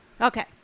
Okay